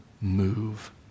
move